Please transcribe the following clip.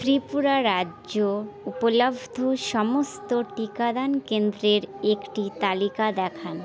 ত্রিপুরা রাজ্য উপলব্ধ সমস্ত টিকাদান কেন্দ্রের একটি তালিকা দেখান